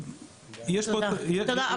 תודה,